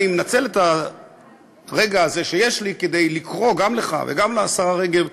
אני מנצל את הרגע הזה שיש לי כדי לקרוא גם לך וגם לשרה רגב להאט,